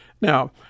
Now